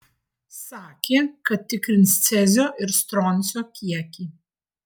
sakė kad tikrins cezio ir stroncio kiekį